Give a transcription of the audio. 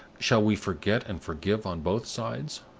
shall we forget and forgive on both sides?